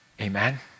Amen